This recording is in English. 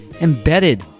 embedded